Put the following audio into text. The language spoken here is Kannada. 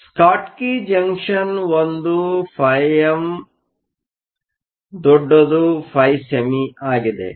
ಆದ್ದರಿಂದ ಸ್ಕಾಟ್ಕಿ ಜಂಕ್ಷನ್ ಒಂದು φm φsemi ಆಗಿದೆ